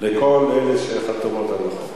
לכל אלה שחתומות על החוק.